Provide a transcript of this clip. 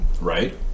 Right